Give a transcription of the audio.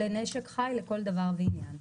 לנשק חי לכל דבר ועניין.